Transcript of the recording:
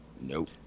Nope